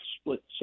split